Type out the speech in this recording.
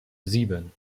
sieben